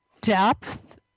depth